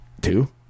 Two